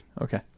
Okay